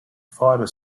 fiber